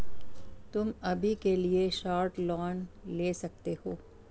तुम अभी के लिए शॉर्ट लोन ले सकते हो